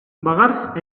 баҕар